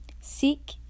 Seek